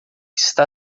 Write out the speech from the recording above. está